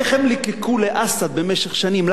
איך הם ליקקו לאסד במשך שנים.